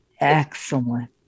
Excellent